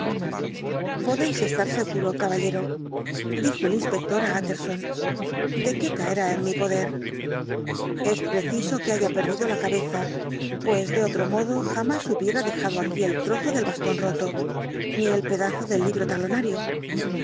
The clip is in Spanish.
podéis estar seguro caballero dijo el inspector á utterson de que caerá en mi poder es preciso que haya perdido la cabeza pues de otro modo jamás hubiera dejado aquí el trozo del bastón roto ni el pedazo del libro talonario